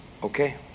Okay